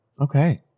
Okay